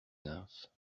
nymphes